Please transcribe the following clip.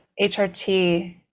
HRT